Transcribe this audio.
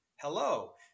Hello